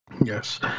Yes